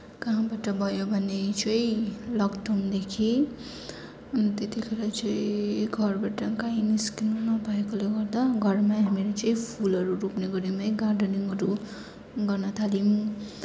कहाँबाट भयो भने चाहिँ लक डाउनदेखि त्यतिखेर चाहिँ घरबाट कहीँ निस्किन नापाएकोले गर्दा घरमै हामीहरू चाहिँ फुलहरू रोप्ने गऱ्यौँ है गार्डनिङहरू गर्न थाल्यौँ